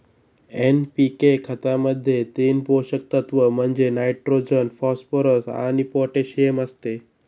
NPK खतामध्ये तीन पोषक तत्व म्हणजे नायट्रोजन, फॉस्फरस आणि पोटॅशियम असते